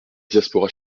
diaspora